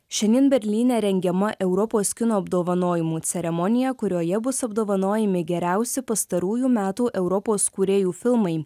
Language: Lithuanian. šiandien berlyne rengiama europos kino apdovanojimų ceremonija kurioje bus apdovanojami geriausi pastarųjų metų europos kūrėjų filmai